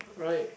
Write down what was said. right